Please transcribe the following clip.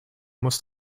muss